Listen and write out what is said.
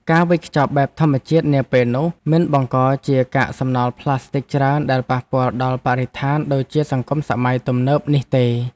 ការវេចខ្ចប់បែបធម្មជាតិនាពេលនោះមិនបង្កជាកាកសំណល់ប្លាស្ទិចច្រើនដែលប៉ះពាល់ដល់បរិស្ថានដូចជាសង្គមសម័យទំនើបនេះទេ។